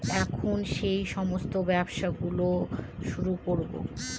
এখন সেই সমস্ত ব্যবসা গুলো শুরু করবো